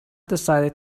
decided